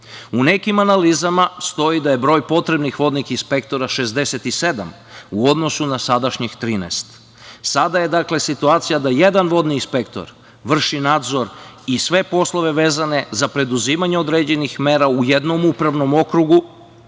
U nekim analizama stoji da je broj potrebnih vodnih inspektora 67 u odnosu na sadašnjih 13. Sada je situacija da jedan vodni inspektor vrši nadzor i sve poslove vezane za preduzimanje određenih mera u jednom upravnom okrugu,